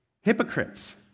hypocrites